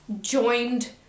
joined